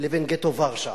לבין גטו ורשה.